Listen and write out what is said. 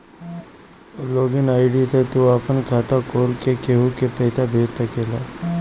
log in ID से तू आपन खाता खोल के केहू के पईसा भेज सकेला